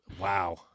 Wow